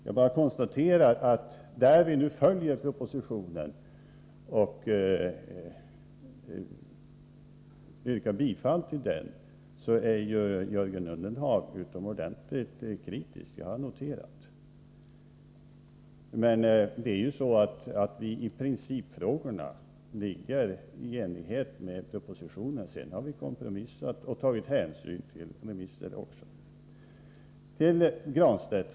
Jag vill bara konstatera att Jörgen Ullenhag är utomordentligt kritisk mot att vi följer propositionen och yrkar bifall till propositionens förslag. Det har jag noterat. I principfrågorna följer vi propositionen, men vi har kompromissat och tagit hänsyn till remissinstanserna också.